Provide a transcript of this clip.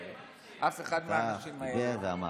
אף אחד מהאנשים האלה, ואמר.